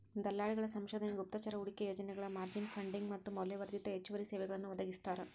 ದಲ್ಲಾಳಿಗಳ ಸಂಶೋಧನೆ ಗುಪ್ತಚರ ಹೂಡಿಕೆ ಯೋಜನೆಗಳ ಮಾರ್ಜಿನ್ ಫಂಡಿಂಗ್ ಮತ್ತ ಮೌಲ್ಯವರ್ಧಿತ ಹೆಚ್ಚುವರಿ ಸೇವೆಗಳನ್ನೂ ಒದಗಿಸ್ತಾರ